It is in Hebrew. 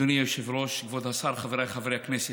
אדוני היושב-ראש, כבוד השר, חבריי חברי הכנסת,